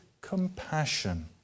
compassion